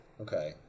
Okay